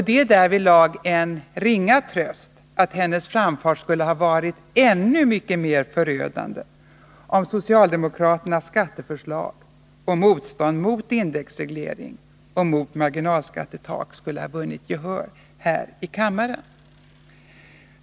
Det är därvidlag en ringa tröst att hennes framfart skulle ha varit ännu mycket mer förödande, om socialdemokrater nas skatteförslag och motstånd mot indexreglering och mot marginalskattetak skulle ha vunnit gehör här i kammaren.